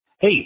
Hey